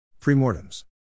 Premortems